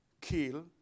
kill